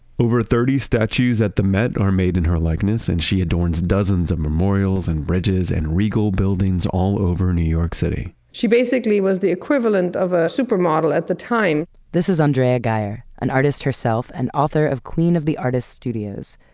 over thirty statues that the met are made in her likeness and she adorns dozens of memorials and bridges and regal buildings all over new york city. she basically was the equivalent of a supermodel at the time this is andrea geyer, an artist herself and author of queen of the artist's studios,